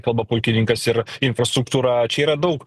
kalba pulkininkas ir infrastruktūra čia yra daug